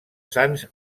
sants